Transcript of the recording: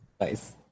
Nice